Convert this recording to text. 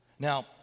Now